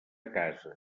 casa